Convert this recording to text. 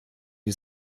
die